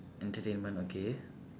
entertainment okay